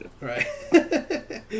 right